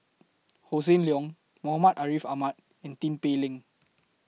Hossan Leong Muhammad Ariff Ahmad and Tin Pei Ling